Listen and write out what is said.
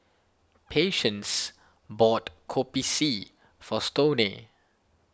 Patience bought Kopi C for Stoney